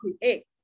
create